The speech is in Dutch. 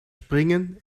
springen